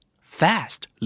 Fast